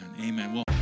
Amen